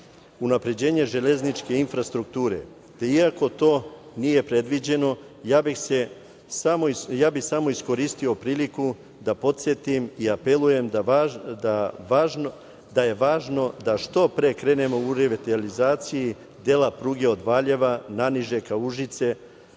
unapređenje železničke infrastrukture. Iako to nije predviđeno, ja bih samo iskoristio priliku da podsetim i apelujem da je važno da što pre krenemo u revitalizaciju dela pruge od Valjeva naniže ka Užicu,